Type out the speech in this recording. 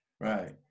right